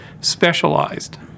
specialized